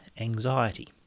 anxiety